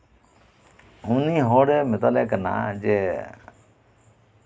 ᱩᱱᱤ ᱦᱚᱲᱮ ᱢᱮᱛᱟᱞᱮ ᱠᱟᱱᱟ ᱡᱮ